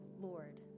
Lord